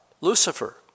Lucifer